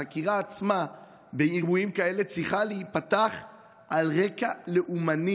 החקירה עצמה צריכה להיפתח באירועים כאלה על רקע לאומני.